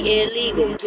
illegal